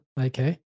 okay